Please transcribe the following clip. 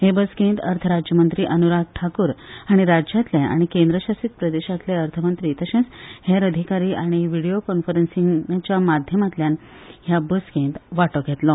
हे बसकेंत अर्थ राज्यमंत्री अनुराग ठाकूर हांणी राज्यांतले आनी केंद्रशासीत प्रदेशांतले अर्थ मंत्री तशेंच हेर अधिकारी हांणी व्हिडिओ कॉन्फरंन्सींगच्या माध्यमांतल्यान हे बसकेंत वांटो घेतलो